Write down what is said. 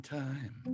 time